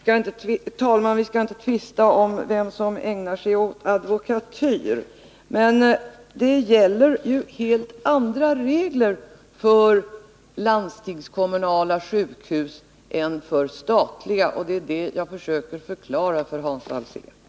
Herr talman! Vi skall inte tvista om vem som har ägnat sig åt advokatyr. Det gäller ju helt andra regler för landstingskommunala sjukhus än för statliga — det är det som jag försöker att förklara för Hans Alsén.